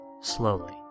Slowly